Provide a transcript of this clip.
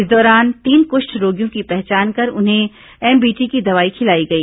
इस दौरान तीन कुष्ठ रोगियों की पहचान कर उन्हें एमबीटी की दवाई खिलाई गई